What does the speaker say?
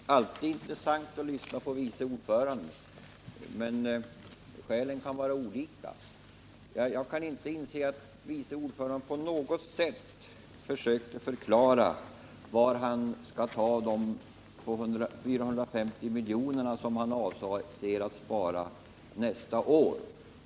Herr talman! Det är alltid intressant att lyssna på vice ordföranden i försvarsutskottet, men skälen kan vara olika. Jag kan inte inse att vice ordföranden på något sätt försökte att förklara var han skall ta de 450 miljonerna som han avser att spara nästa år.